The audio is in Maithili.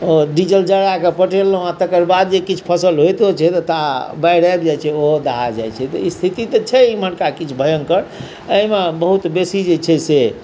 तऽ डीजल जड़ाके पटेलहुँ आ तकर बाद जे किछु फसल होइतो छै ता बाढ़ि आबि जाइत छै ओहो दहा जाइत छै तऽ स्थिति तऽ छै एम्हरका किछु भयङ्कर एहिमे बहुत बेसी जे छै से